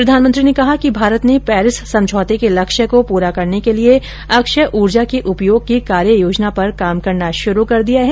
प्रधानमंत्री ने कहा कि भारत ने पेरिस समझौते के लक्ष्य को पूरा करने के लिए अक्षय ऊर्जा के उपयोग की कार्य योजना पर काम करना शुरू कर दिया है